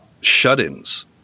shut-ins